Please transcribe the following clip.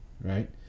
Right